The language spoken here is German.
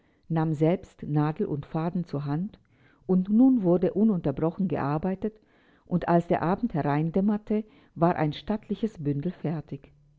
nahm selbst nadel und faden zur hand und nun wurde ununterbrochen gearbeitet und als der abend hereindämmerte war ein stattliches bündel fertig